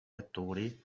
attori